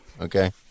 Okay